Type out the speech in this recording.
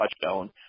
touchdown